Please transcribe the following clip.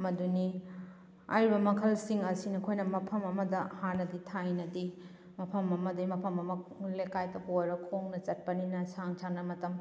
ꯃꯗꯨꯅꯤ ꯍꯥꯏꯔꯤꯕ ꯃꯈꯜꯁꯤꯡ ꯑꯁꯤ ꯑꯩꯈꯣꯏꯅ ꯃꯐꯝ ꯑꯃꯗ ꯍꯥꯟꯅꯗꯤ ꯊꯥꯏꯅꯗꯤ ꯃꯐꯝ ꯑꯃꯗꯩ ꯃꯐꯝ ꯑꯃ ꯂꯩꯀꯥꯏꯗꯕꯨ ꯑꯣꯏꯔꯣ ꯈꯣꯡꯅ ꯆꯠꯄꯅꯤꯅ ꯁꯥꯡ ꯁꯥꯡꯅ ꯃꯇꯝ